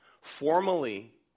formally